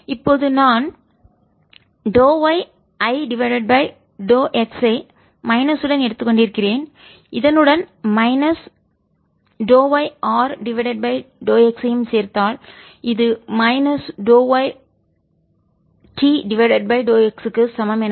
இப்போது நான் y Ix ஐ மைனஸ் உடன் எடுத்து கொண்டிருக்கிறேன் இதனுடன் மைனஸ் yRx யும் சேர்த்தால் இது மைனஸ் y Tx க்கு சமம் என கிடைக்கும்